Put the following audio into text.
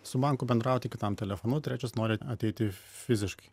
su banku bendrauti kitam telefonu trečias nori ateiti fiziškai